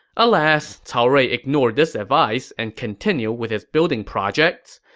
alas, cao rui ignored this advice and continued with his building project.